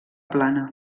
plana